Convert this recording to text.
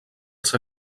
els